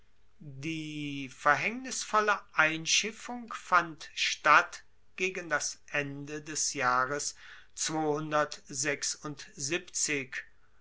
die verhaengnisvolle einschiffung fand statt gegen das ende des jahres